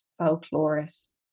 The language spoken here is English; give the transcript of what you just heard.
folklorist